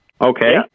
Okay